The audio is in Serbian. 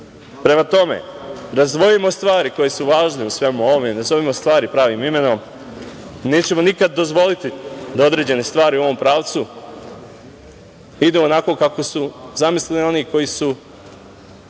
itd. Prema tome, razdvojimo stvari koje su važne u svemu ovome, nazovimo stvari pravim imenom, nećemo nikada dozvoliti da određene stvari u ovom pravcu idu onako kako su zamislili oni koji su